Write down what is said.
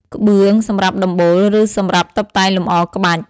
ក្បឿង: សម្រាប់ដំបូល ឬសម្រាប់តុបតែងលម្អក្បាច់។